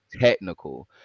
technical